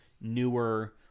newer